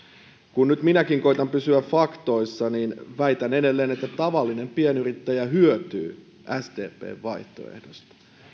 kun nyt minäkin koetan pysyä faktoissa niin väitän edelleen että tavallinen pienyrittäjä hyötyy sdpn vaihtoehdossa